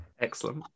Excellent